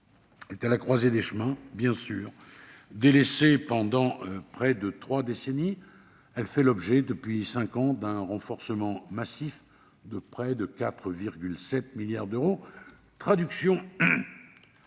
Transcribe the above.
est à la croisée des chemins. Délaissé pendant près de trois décennies, son budget fait l'objet, depuis cinq ans, d'un renforcement massif de près de 4,7 milliards d'euros, traduction